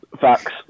Facts